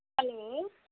hello